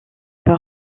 pas